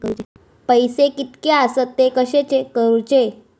पैसे कीतके आसत ते कशे चेक करूचे?